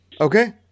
okay